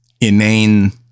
inane